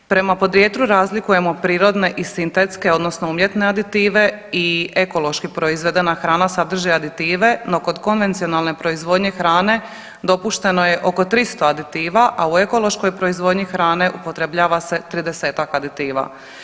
Prema podrijetlu razlikujemo prirodne i sintetske odnosno umjetne aditive i ekološki proizvedena hrana sadrži aditive, no kod konvencionalne proizvodnje hrane dopušteno je oko 300 aditiva, a u ekološkoj proizvodnji hrane upotrebljava se tridesetak aditiva.